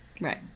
right